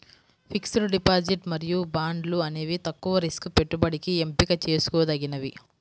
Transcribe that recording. fixed deposit మరియు బాండ్లు అనేవి తక్కువ రిస్క్ పెట్టుబడికి ఎంపిక చేసుకోదగినవి